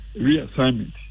reassignment